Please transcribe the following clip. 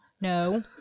no